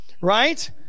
Right